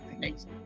Thanks